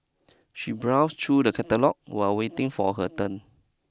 she browse through the catalogue while waiting for her turn